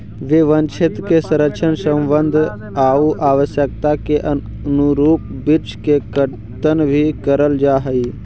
वे वनक्षेत्र के संरक्षण, संवर्धन आउ आवश्यकता के अनुरूप वृक्ष के कर्तन भी करल जा हइ